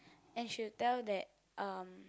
and she will tell that uh